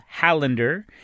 Hallander